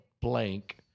blank